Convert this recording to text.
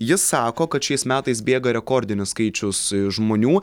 jis sako kad šiais metais bėga rekordinis skaičius žmonių